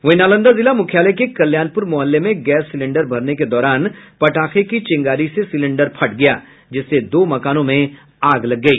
वहीं नालंदा जिला मुख्यालय के कल्याणपुर मोहल्ले में गैस सिलिंडर भरने के दौरान पटाखे की चिंगारी से सिलिंडर फट गया जिससे दो मकानों में आग लग गई